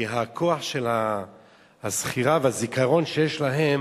כי הכוח של הזכירה והזיכרון שיש להם